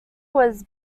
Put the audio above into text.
was